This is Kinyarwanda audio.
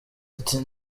ati